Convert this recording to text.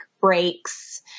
breaks